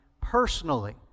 personally